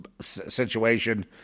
situation